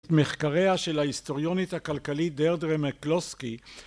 ‫מחקריה של ההיסטוריונית ‫הכלכלית דרדרה מקלוסקי